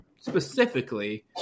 specifically